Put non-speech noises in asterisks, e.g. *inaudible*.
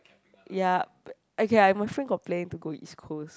*noise* ya okay my friend got plan to go East Coast